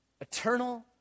Eternal